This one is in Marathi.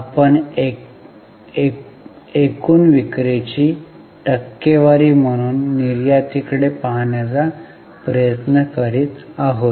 आपण एकूण विक्रीची टक्केवारी म्हणून निर्यातीकडे पाहण्याचा प्रयत्न करीत आहोत